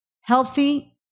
healthy